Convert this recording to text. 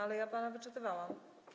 Ale ja pana wyczytywałam.